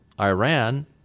Iran